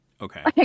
Okay